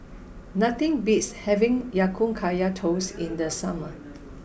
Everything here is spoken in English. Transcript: nothing beats having Ya Kun Kaya Toast in the summer